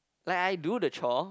like I do the chore